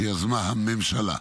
שיזמה הממשלה.